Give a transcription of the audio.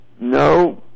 No